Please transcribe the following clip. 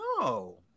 No